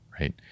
right